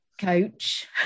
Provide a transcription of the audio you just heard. coach